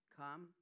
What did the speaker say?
come